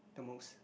the most